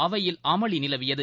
அவையில் அமளி நிலவியது